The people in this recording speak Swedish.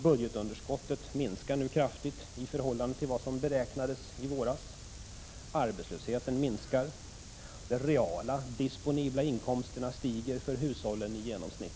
Budgetunderskottet minskar nu kraftigt i förhållande till vad som beräknades i våras. Arbetslösheten minskar, och de reala disponibla inkomsterna stiger för hushållen i genomsnitt.